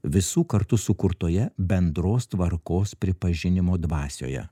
visų kartu sukurtoje bendros tvarkos pripažinimo dvasioje